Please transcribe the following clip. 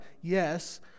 yes